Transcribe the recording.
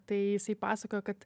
tai jisai pasakojo kad